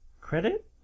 credit